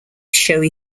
showy